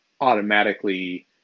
automatically